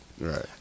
Right